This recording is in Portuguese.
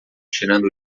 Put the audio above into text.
tirando